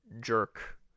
jerk